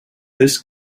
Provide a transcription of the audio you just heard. this